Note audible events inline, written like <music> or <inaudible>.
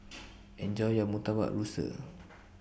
<noise> Enjoy your Murtabak Rusa